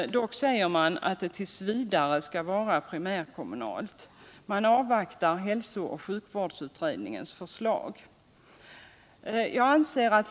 Dock säger man att det t. v. skall vara primärkommunalt i avvaktan på hälso och sjukvårdsutredningens förslag.